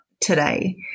today